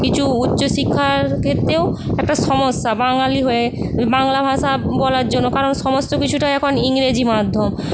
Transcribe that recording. কিছু উচ্চশিক্ষার ক্ষেত্রেও একটা সমস্যা বাঙালি হয়ে বাংলাভাষা বলার জন্য কারণ সমস্ত কিছুটা এখন ইংরেজি মাধ্যম